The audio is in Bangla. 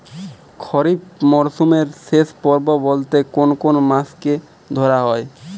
খরিপ মরসুমের শেষ পর্ব বলতে কোন কোন মাস কে ধরা হয়?